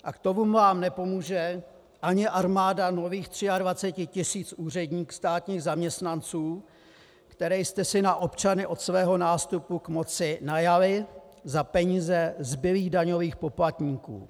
A k tomu vám nepomůže ani armáda nových 23 tisíc státních zaměstnanců, které jste si na občany od svého nástupu k moci najali za peníze zbylých daňových poplatníků.